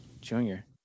junior